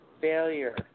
failure